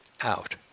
out